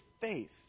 faith